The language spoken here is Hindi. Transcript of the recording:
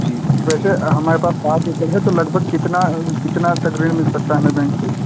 जी वैसे हमारे पास पाँच एकड़ है तो लगभग कितना कितना तक ऋण मिल सकता है हमें बैंक से